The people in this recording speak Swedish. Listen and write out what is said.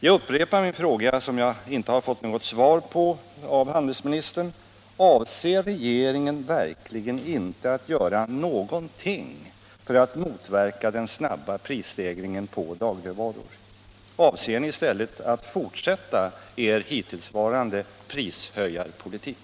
Jag upprepar min fråga, som jag inte har fått något svar på av handelsministern: Avser regeringen inte att göra någonting för att motverka den snabba prisstegringen på dagligvaror? Avser ni i stället att fortsätta er prishöjarpolitik?